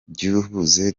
byibuze